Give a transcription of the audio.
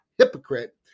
Hypocrite